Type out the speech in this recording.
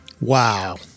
Wow